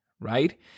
right